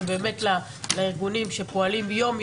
ולארגונים שפועלים יום יום,